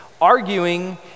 arguing